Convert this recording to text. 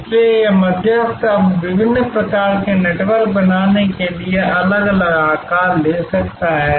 इसलिए यह मध्यस्थ अब विभिन्न प्रकार के नेटवर्क बनाने के लिए अलग अलग आकार ले सकता है